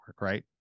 right